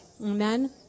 Amen